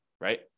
right